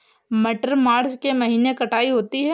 मटर मार्च के महीने कटाई होती है?